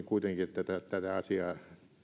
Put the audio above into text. kuitenkin että tätä asiaa